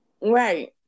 Right